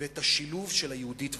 ואת השילוב של היהודית והדמוקרטית.